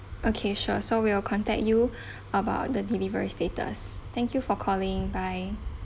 okay sure so we will contact you about the delivery status thank you for calling bye